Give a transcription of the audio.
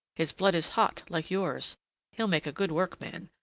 his blood is hot, like yours he'll make a good workman,